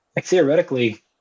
theoretically